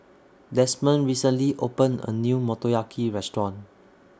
Desmond recently opened A New Motoyaki Restaurant